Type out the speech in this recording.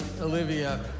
Olivia